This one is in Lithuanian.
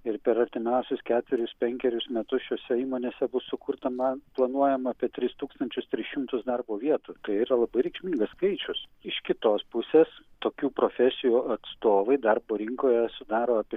ir per artimiausius ketverius penkerius metus šiose įmonėse bus sukurta na planuojama apie tris tūkstančius tris šimtus darbo vietų tai yra labai reikšmingas skaičius iš kitos pusės tokių profesijų atstovai darbo rinkoje sudaro apie